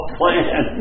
plan